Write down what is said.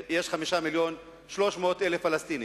ו-5 מיליונים ו-300,000 פלסטינים.